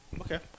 Okay